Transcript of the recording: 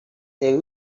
they